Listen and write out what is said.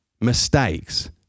mistakes